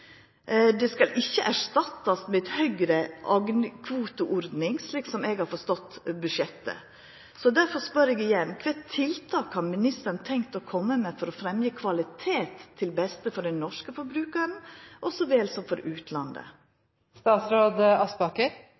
Det skal ikkje erstattast med ei høgare agnkvoteordning, slik som eg har forstått budsjettet. Så difor spør eg igjen: Kva for tiltak har ministeren tenkt å koma med for å fremja kvalitet, til det beste for den norske forbrukaren så vel som for